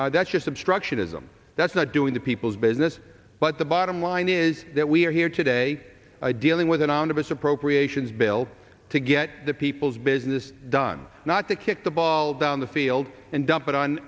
that that's just obstructionism that's not doing the people's business but the bottom line is that we are here today dealing with an omnibus appropriations bill to get the people's business done not to kick the ball down the field and dump it on